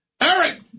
Eric